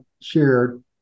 shared